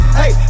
hey